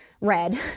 red